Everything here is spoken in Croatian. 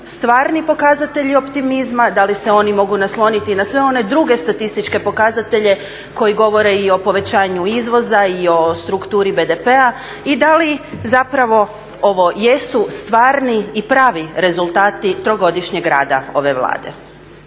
stvarni pokazatelji optimizma, da li se oni mogu nasloniti na sve one druge statističke pokazatelje koji govore i o povećanju izvoza i o strukturi BDP-a i da li zapravo ovo jesu stvarni i pravi rezultati 3-godišnjeg rada ove Vlade?